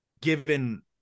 given